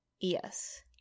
Yes